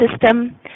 system